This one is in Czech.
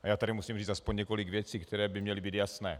Já tady musím říci aspoň několik věcí, které by měly být jasné.